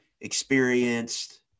experienced